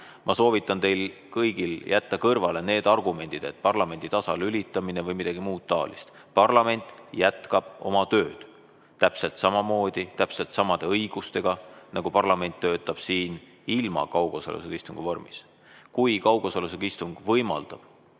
ma soovitan teil kõigil jätta kõrvale need argumendid, et parlamendi tasalülitamine või midagi muud taolist. Parlament jätkab oma tööd täpselt samamoodi ja täpselt samade õigustega, nagu parlament töötab siin ilma kaugosaluseta istungi vormis. Kui kaugosalusega istung võimaldab